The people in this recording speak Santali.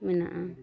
ᱢᱮᱱᱟᱜᱼᱟ